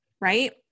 right